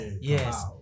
Yes